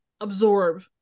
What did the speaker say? absorb